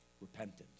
Repentance